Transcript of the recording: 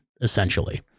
essentially